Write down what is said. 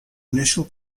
initial